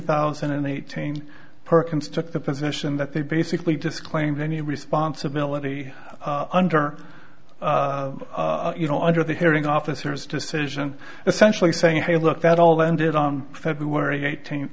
thousand and eighteen perkins took the position that they basically disclaimed any responsibility under you know under the hearing officers decision essentially saying hey look that all ended on february eighteen